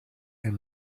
and